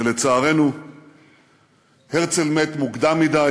שלצערנו הרצל מת מוקדם מדי